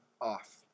off